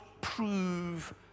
prove